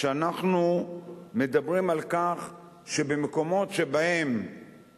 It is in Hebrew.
שאנחנו מדברים על כך שבמקומות שבהם